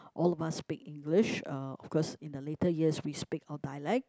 all of us speak English uh of course in the later years we speak our dialect